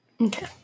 Okay